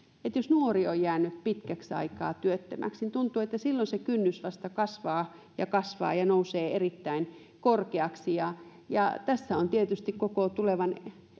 jos nuori on jäänyt pitkäksi aikaa työttömäksi tuntuu että silloin se kynnys vasta kasvaa ja kasvaa ja nousee erittäin korkeaksi ja ja tässä on tietysti koko tulevan